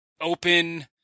open